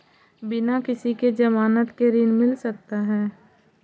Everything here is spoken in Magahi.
बिना किसी के ज़मानत के ऋण मिल सकता है?